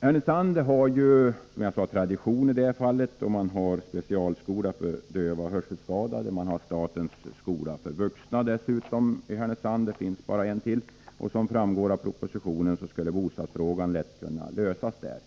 Härnösand har, som jag sade tidigare, traditioner på det här området. Där finns en specialskola för döva och hörselskadade och en av statens skolor för vuxna — det finns bara en till sådan skola. Som framgår av propositionen skulle bostadsfrågan lätt kunna lösas i Härnösand.